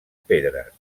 pedres